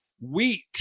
wheat